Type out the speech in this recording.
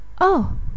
Oh